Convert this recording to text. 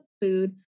food